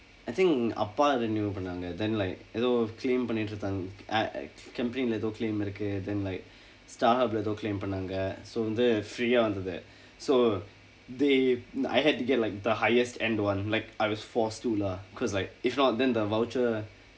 I think அப்பா:appaa renewal பண்ணாங்க:pannaangka then like ஏதோ:eetho claim பண்ணிட்டு இருந்தாங்க:pannitdu irunthaangka I company இல்ல ஏதோ:illa eetho claim இருக்கு:irukku then like Starhub இல்ல ஏதோ:illa eetho claim பண்ணாங்க:pannaangka so வந்து:vandthu free ah வந்தது:vandthathu so they I had to get like the highest end one like I was forced to lah cause like if not then the voucher